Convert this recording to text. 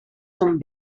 són